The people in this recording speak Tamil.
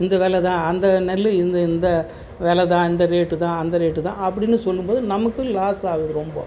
இந்த வெலை தான் அந்த நெல் இந்த இந்த வெலை தான் இந்த ரேட்டு தான் அந்த ரேட்டு தான் அப்படின்னு சொல்லும்போது நமக்கு லாஸ் ஆகுது ரொம்ப